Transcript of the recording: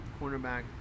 cornerback